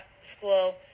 school